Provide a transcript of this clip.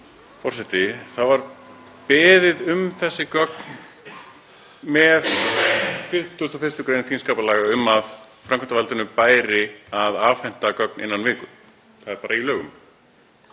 Það var beðið um þessi gögn með hliðsjón af 51. gr. þingskapalaga um að framkvæmdarvaldinu bæri að afhenda gögn innan viku. Það er bara í lögum.